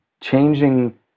changing